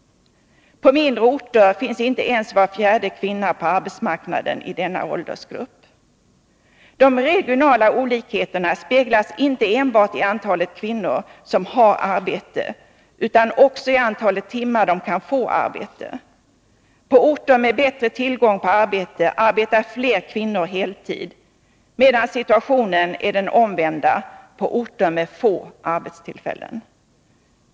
På mindre orter finns inte ens var fjärde kvinna i denna åldergrupp på arbetsmarknaden.De regionala olikheterna speglas inte enbart i antalet kvinnor som har arbete, utan också i antalet timmar de kan få arbete. På orter med bättre tillgång på arbete arbetar fler kvinnor heltid, medan situationen är den omvända på orter med få arbetstillfällen.